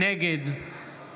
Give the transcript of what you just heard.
נגד